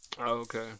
Okay